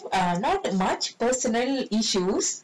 because I have err not much personally issues